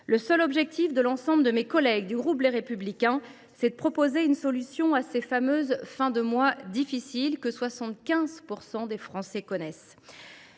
Le seul objectif de l’ensemble de mes collègues du groupe Les Républicains, c’est de proposer une solution à ces fameuses fins de mois difficiles, que 75 % des Français connaissent.